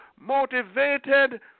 motivated